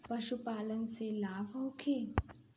पशु पालन से लाभ होखे?